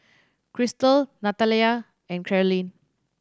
Christal Natalya and Karolyn